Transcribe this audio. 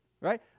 right